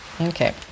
Okay